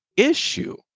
issue